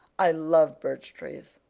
i love birch trees,